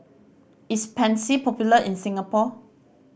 is Pansy popular in Singapore